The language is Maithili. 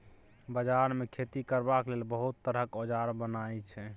बजार मे खेती करबाक लेल बहुत तरहक औजार बनई छै